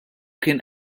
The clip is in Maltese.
kien